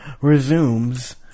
resumes